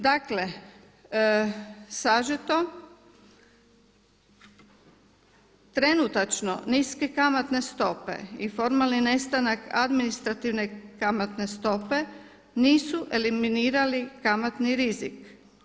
Dakle, sažeto trenutačno niske kamatne stope i formalni nestanak administrativne kamatne stope nisu eliminirali kamatni rizik.